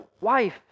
wife